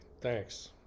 Thanks